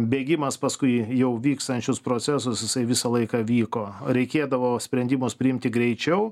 bėgimas paskui jau vykstančius procesus jisai visą laiką vyko reikėdavo sprendimus priimti greičiau